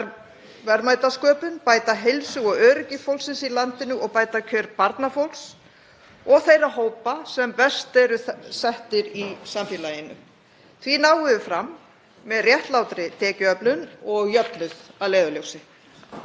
græna verðmætasköpun, bæta heilsu og öryggi fólksins í landinu og bæta kjör barnafólks og þeirra hópa sem verst eru settir í samfélaginu. Því náum við fram með réttlátri tekjuöflun og með jöfnuð að leiðarljósi.